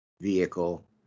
vehicle